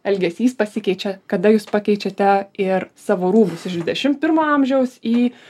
elgesys pasikeičia kada jūs pakeičiate ir savo rūbus iš dvidešim pirmo amžiaus į